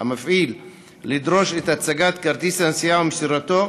המפעיל לדרוש את הצגת כרטיס הנסיעה ומסירתו,